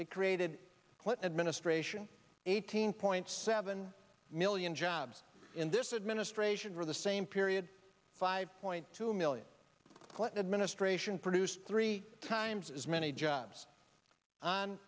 they created clinton administration eighteen point seven million jobs in this administration for the same period five point two million the clinton administration produced three times as many jobs on